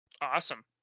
Awesome